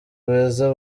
beza